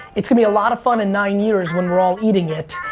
it's gonna be a lot of fun in nine years when we're all eating it.